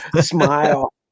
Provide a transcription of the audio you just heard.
smile